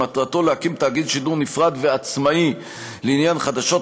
שמטרתו להקים תאגיד שידור נפרד ועצמאי לעניין חדשות,